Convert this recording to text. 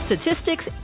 statistics